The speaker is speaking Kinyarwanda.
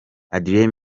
adrien